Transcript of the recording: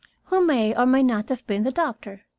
who may or may not have been the doctor.